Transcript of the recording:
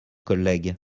collègues